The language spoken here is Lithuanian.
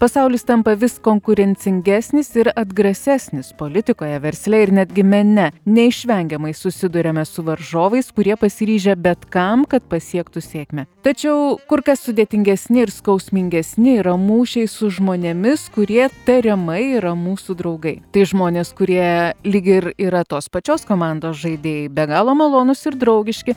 pasaulis tampa vis konkurencingesnis ir atgrasesnis politikoje versle ir netgi mene neišvengiamai susiduriame su varžovais kurie pasiryžę bet kam kad pasiektų sėkmę tačiau kur kas sudėtingesni ir skausmingesni yra mūšiai su žmonėmis kurie tariamai yra mūsų draugai tai žmonės kurie lyg ir yra tos pačios komandos žaidėjai be galo malonūs ir draugiški